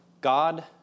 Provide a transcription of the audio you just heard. God